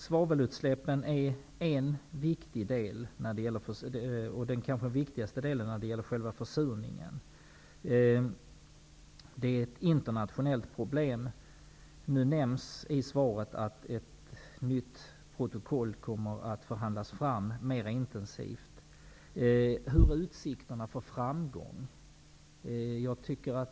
svavelutsläppen är kanske den viktigaste anledningen till försurningen. de utgör ett internationellt problem. det nämndes i svaret att förhandlingarna om ett nytt protokoll befinner sig i ett intensivt skede. Hur stora är utsikterna för framgång?